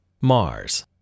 Mars